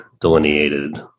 delineated